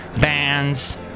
Bands